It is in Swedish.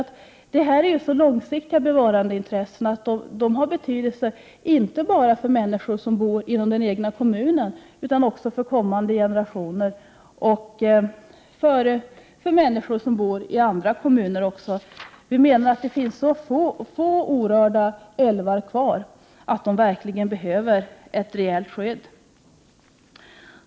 Det här är så långsiktiga bevarandeintressen att de har betydelse inte bara för människor som bor i den berörda kommunen utan också för kommande generationer och för människor i andra kommuner. Vi har faktiskt så få orörda älvar kvar att de verkligen behöver ett rejält skydd.